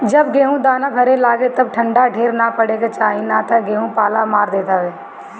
जब गेहूँ दाना धरे लागे तब ठंडा ढेर ना पड़े के चाही ना तऽ गेंहू पाला मार देत हवे